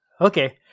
Okay